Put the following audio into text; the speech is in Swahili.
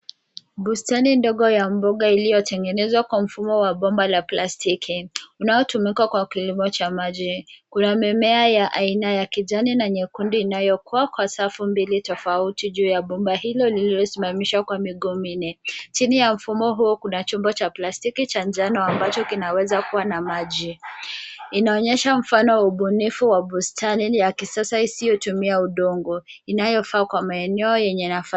Bustani ndogo ya mboga iliyotengenezwa kwa mfumo wa bomba la plastiki, unaotumika kwa kilimo cha maji. Kuna mimea aina ya kijani na nyekundu inayokua kwa safu mbili tofauti juu ya bomba hilo lillilosimamishwa kwa miguu minne. Chini ya mfumo huu, kuna chombo cha plastiki cha njano ambacho kinaweza kuwa na maji. Inaonyesha mfano wa ubunifu wa bustani ya kisasa isiyotumia udongo, inayofaa kwa maeneo yenye nafa..